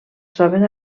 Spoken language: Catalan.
troben